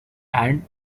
and